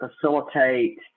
facilitate